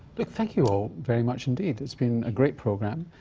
but thank you all very much. and it's been a great program.